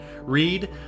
read